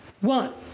one